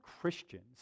Christians